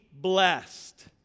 blessed